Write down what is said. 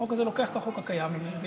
החוק הזה לוקח את החוק הקיים ומקל.